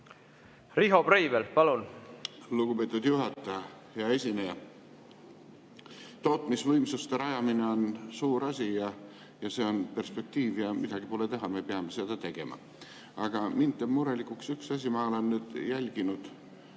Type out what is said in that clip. on edasi mõeldud? Lugupeetud juhataja! Hea esineja! Tootmisvõimsuste rajamine on suur asi ja see on perspektiiv. Midagi pole teha, me peame seda tegema. Aga mind teeb murelikuks üks asi. Ma olen nüüd kogu